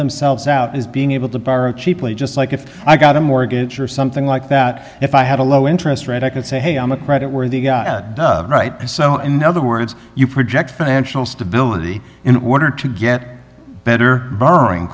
themselves out is being able to borrow cheaply just like if i got a mortgage or something like that if i had a low interest rate i could say hey i'm a credit worthy guy right so in other words you project financial stability in order to get better bo